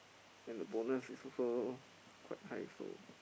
then the bonus is also quite high also